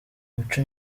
muco